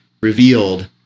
revealed